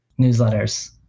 Newsletters